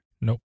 Nope